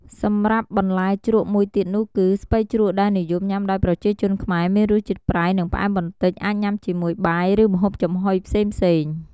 សម្រាប់បន្លែជ្រក់មួយទៀតនោះគឺ ស្ពៃជ្រក់ដែលនិយមញុំាដោយប្រជាជនខ្មែរមានរសជាតិប្រៃនិងផ្អែមបន្តិច អាចញាំជាមួយបាយ ឬម្ហូបចំហុយផ្សេងៗ។